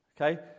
Okay